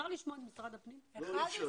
אני רוצה להודות לך, היושב-ראש.